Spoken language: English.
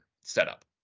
setup